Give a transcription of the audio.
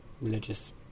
religious